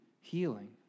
healing